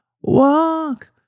Walk